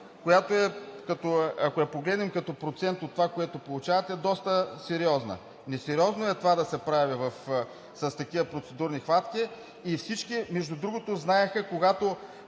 която, ако я погледнем като процент от това, което получават, е доста сериозна. Несериозно е това да се прави с такива процедурни хватки. Всички, между другото, знаеха, когато